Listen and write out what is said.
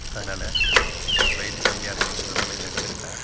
அதனால வெயிட்டு கம்மியாக இருக்குங்கிறதுனால இதை எடுத்துக்கிட்டேன்